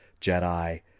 Jedi